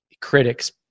critics